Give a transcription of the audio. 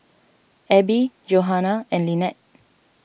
Abie Johannah and Lynnette